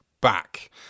back